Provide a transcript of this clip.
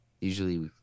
Usually